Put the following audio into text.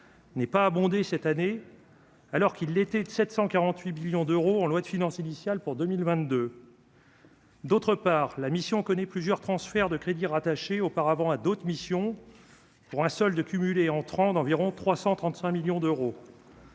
n'est pas abonder cette année alors qu'il était de 748 millions d'euros en loi de finances initiale pour 2022. D'autre part, la mission connaît plusieurs transferts de crédits rattaché auparavant à d'autres missions pour un seul de cumuler entrant d'environ 335 millions d'euros.